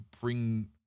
bring